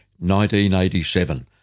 1987